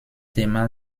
thema